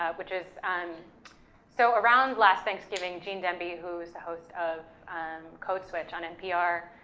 ah which is, and so around last thanksgiving, gene demby, who is the host of um code switch on npr,